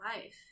life